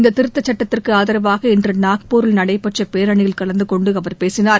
இந்த திருத்தச் சட்டத்திற்கு ஆதரவாக இன்று நாக்பூரில் நடைபெற்ற பேரணியில் கலந்து கொண்டு அவர் பேசினார்